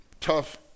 tough